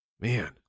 Man